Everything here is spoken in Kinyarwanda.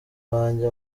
banjye